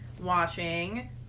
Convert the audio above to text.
watching